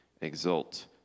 exult